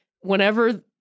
whenever